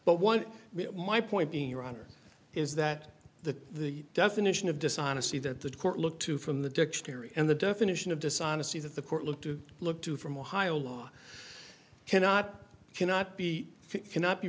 but one my point being your honor is that the definition of dishonesty that the court look to from the dictionary and the definition of dishonesty that the court look to look to from ohio law cannot cannot be cannot be